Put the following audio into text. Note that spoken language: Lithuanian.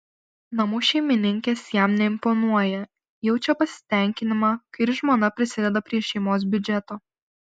namų šeimininkės jam neimponuoja jaučia pasitenkinimą kai ir žmona prisideda prie šeimos biudžeto